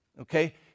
Okay